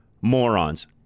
morons